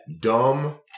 Dumb